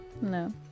No